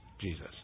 Jesus